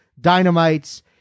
Dynamites